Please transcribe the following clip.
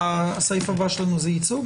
הסעיף הבא שלנו הוא ייצוג?